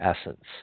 essence